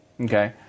Okay